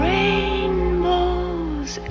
Rainbows